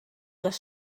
les